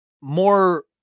more